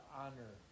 honor